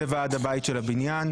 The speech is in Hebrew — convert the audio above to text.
וזה ועד הבית של הבניין.